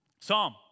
Psalm